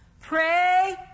pray